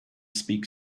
speak